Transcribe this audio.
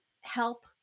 help